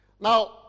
Now